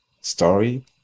story